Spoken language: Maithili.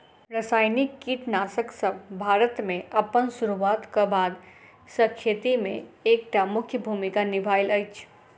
रासायनिक कीटनासकसब भारत मे अप्पन सुरुआत क बाद सँ खेती मे एक टा मुख्य भूमिका निभायल अछि